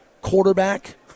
quarterback